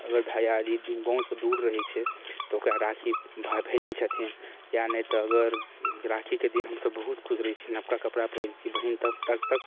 अगर भैआरी दू गाँव सऽ दूर रहै छै तऽ ओकरा राखी भेजै छथिन या नहि तऽ अगर राखीके दिन हमसब बहुत खुश रहै छी नबका कपड़ा पहिरै छी बहीन तब तबतक